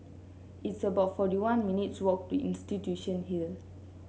it's about forty one minutes' walk to Institution Hill